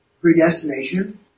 predestination